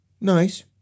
nice